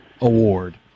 Award